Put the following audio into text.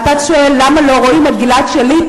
אתה שואל למה לא רואים את גלעד שליט,